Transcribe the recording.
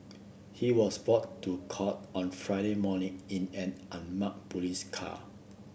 he was brought to court on Friday morning in an unmarked police car